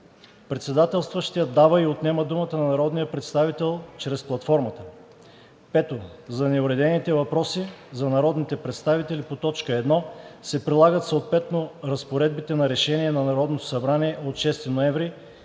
Председателстващият дава и отнема думата на народния представител чрез платформата. 5. За неуредените въпроси за народните представители по т. 1 се прилагат съответно разпоредбите на Решение на Народното събрание от 6 ноември